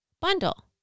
bundle